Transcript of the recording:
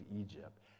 Egypt